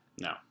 No